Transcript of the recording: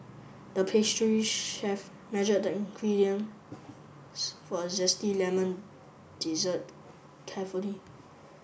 the pastry chef measured the ingredient for a zesty lemon dessert carefully